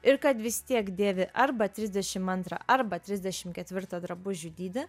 ir kad vis tiek dėvi arba trisdešim antrą arba trisdešim ketvirtą drabužių dydį